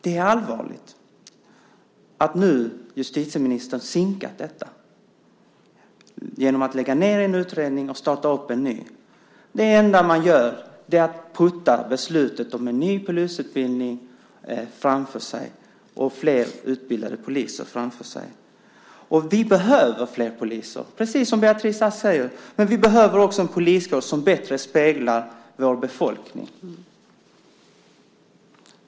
Det är allvarligt att justitieministern nu har sinkat detta genom att lägga ned en utredning och starta en ny. Det enda man gör är att putta beslutet om en ny polisutbildning och flera utbildade poliser framför sig. Vi behöver flera poliser, precis som Beatrice Ask säger, men vi behöver också en poliskår som bättre speglar vår befolkning.